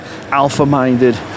alpha-minded